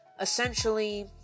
Essentially